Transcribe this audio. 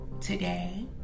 today